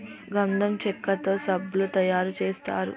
గంధం చెక్కతో సబ్బులు తయారు చేస్తారు